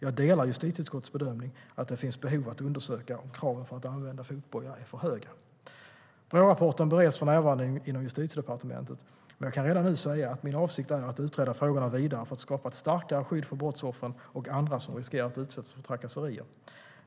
Jag delar justitieutskottets bedömning att det finns behov av att undersöka om kraven för att använda fotboja är för höga.Brårapporten bereds för närvarande inom Justitiedepartementet, men jag kan redan nu säga att min avsikt är att utreda frågorna vidare för att skapa ett starkare skydd för brottsoffren och andra som riskerar att utsättas för trakasserier.